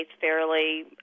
fairly